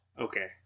Okay